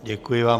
Děkuji vám.